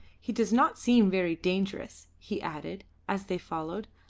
he does not seem very dangerous, he added, as they followed